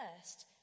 first